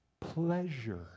pleasure